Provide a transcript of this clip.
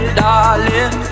darling